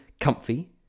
comfy